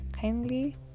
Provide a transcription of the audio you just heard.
Kindly